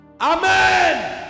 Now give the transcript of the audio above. Amen